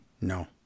No